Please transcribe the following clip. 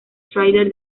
trailer